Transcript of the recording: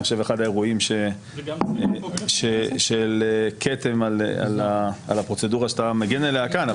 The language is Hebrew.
אני חושב אחד האירועים של כתם על הפרוצדורה שאתה מגן עליה כאן.